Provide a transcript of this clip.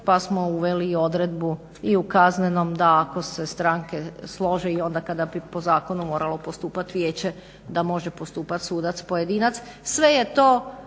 pa smo uveli i odredbu i u kaznenom da ako se stranke slože i onda kada bi po zakonu moralo postupati vijeće da može postupati sudac pojedinac. Sve je to